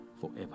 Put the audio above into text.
forever